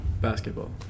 Basketball